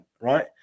right